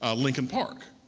ah lincoln park.